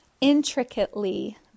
intricately